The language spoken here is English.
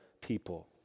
people